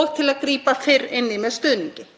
og til að grípa fyrr inn í með stuðningi.